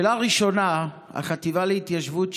שאלה ראשונה: החטיבה להתיישבות,